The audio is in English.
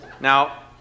Now